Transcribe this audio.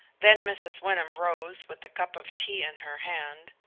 then mrs. wyndham rose with a cup of tea in her hand,